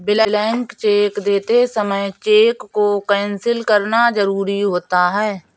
blank cheque देते समय cheque को कैंसिल करना जरुरी होता है